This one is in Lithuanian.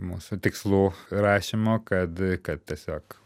mūsų tikslų rašymo kad kad tiesiog